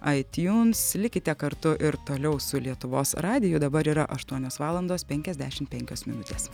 aitiuns likite kartu ir toliau su lietuvos radiju dabar yra aštuonios valandos penkiasdešimt penkios minutės